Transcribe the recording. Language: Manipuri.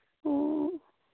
ꯑꯣ